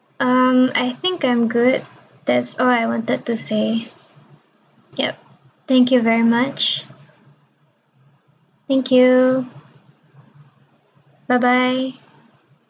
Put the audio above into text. um I think I'm good that's all I wanted to say yup thank you very much thank you bye bye